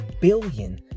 billion